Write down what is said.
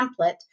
template